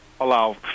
allow